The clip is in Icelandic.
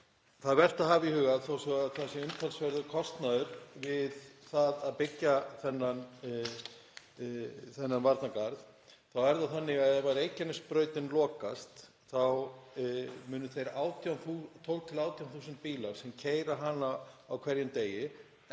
Það er vert að hafa í huga að þó svo að það sé umtalsverður kostnaður við að byggja þennan varnargarð þá er það þannig að ef Reykjanesbrautin lokast þá munu þeir 12.000–18.000 bílar sem keyra hana á hverjum degi